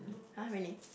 !huh! really